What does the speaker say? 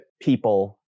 people